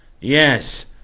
Yes